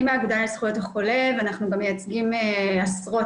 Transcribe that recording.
אני מהאגודה לזכויות החולה ואנחנו מייצגים עשרות